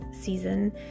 season